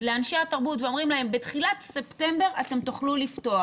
לאנשי התרבות ואומרים להם שבתחילת ספטמבר הם יוכלו לפתוח.